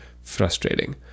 frustrating